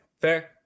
fair